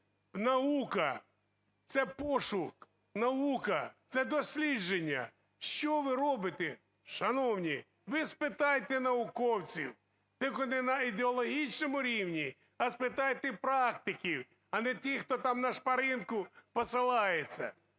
Наука – це пошук, наука – це дослідження. Що ви робите, шановні? Ви спитайте науковців! Тільки не на ідеологічному рівні, а спитайте практиків, а не тих, хто там на шпаринку посилається.